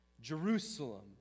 Jerusalem